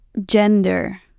gender